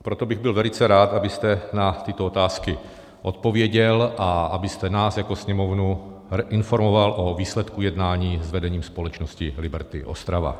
Proto bych byl velice rád, abyste na tyto otázky odpověděl a abyste nás jako Sněmovnu informoval o výsledku jednání s vedením společnosti Liberty Ostrava.